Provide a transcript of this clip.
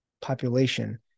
population